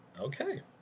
Okay